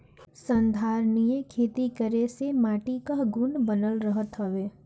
संधारनीय खेती करे से माटी कअ गुण बनल रहत हवे